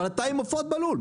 אבל אתה עם עופות בלול.